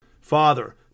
Father